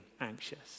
anxious